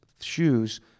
shoes